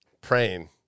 Praying